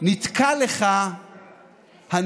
נתקע לך הנאום.